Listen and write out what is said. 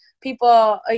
people